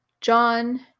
John